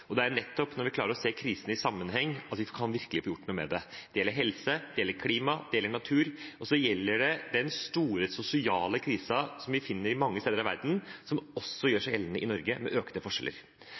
komme. Det er nettopp når vi klarer å se krisene i sammenheng, at vi virkelig kan få gjort noe med det. Det gjelder helse, det gjelder klima, det gjelder natur, og det gjelder den store sosiale krisen vi finner mange steder i verden, som også gjør